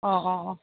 অঁ অঁ অঁ